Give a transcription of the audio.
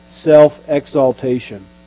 self-exaltation